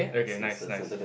okay nice nice